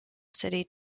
city